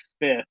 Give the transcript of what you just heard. fifth